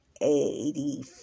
eighty